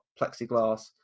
plexiglass